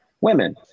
women